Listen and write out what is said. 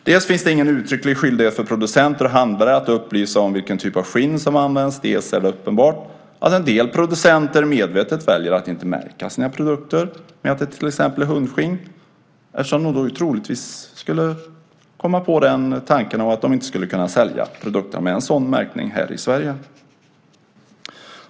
Det finns ingen uttrycklig skyldighet för producenter och handlare att upplysa om vilken typ av skinn som används. Det är också uppenbart att en del producenter medvetet väljer att inte märka sina produkter med att det till exempel är hundskinn, eftersom de troligtvis kommer på tanken att de inte skulle kunna sälja produkten med en sådan märkning här i Sverige.